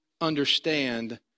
understand